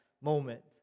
moment